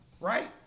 right